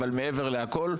אבל מעבר להכול,